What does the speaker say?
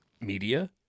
Media